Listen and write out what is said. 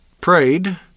prayed